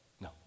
No